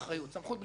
סמכות בלי אחריות.